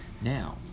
Now